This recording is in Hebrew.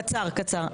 קצר, קצר.